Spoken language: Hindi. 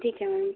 ठीक है मैम्